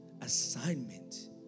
assignment